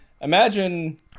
Imagine